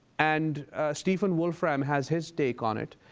and stephen wolfram has his take on it.